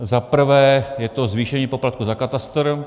Za prvé je to zvýšení poplatku za katastr.